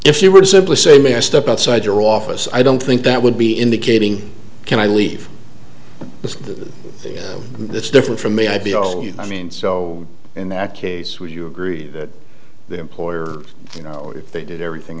if you were to simply say may i step outside your office i don't think that would be indicating can i leave the the this is different from me i'd be all i mean so in that case would you agree that the employer you know if they did everything